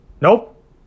Nope